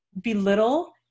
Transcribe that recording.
belittle